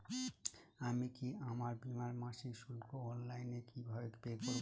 আমি কি আমার বীমার মাসিক শুল্ক অনলাইনে কিভাবে পে করব?